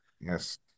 Yes